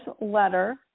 letter